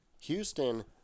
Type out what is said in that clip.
Houston